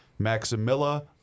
Maximilla